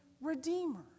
redeemer